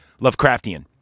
Lovecraftian